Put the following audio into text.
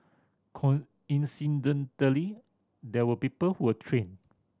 coincidentally there were people who were trained